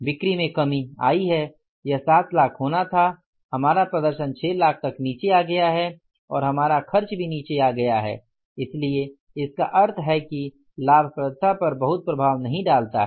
बिक्री में कमी आई है यह 7 लाख होना था हमारा प्रदर्शन 6 लाख तक नीचे आ गया है और हमारा खर्च भी निचे आ गया है इसलिए इसका अर्थ है कि यह लाभप्रदता पर बहुत प्रभाव नहीं डालता है